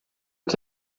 que